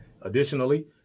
additionally